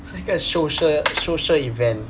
是个 socia~ social event